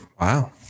wow